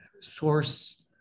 source